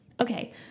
Okay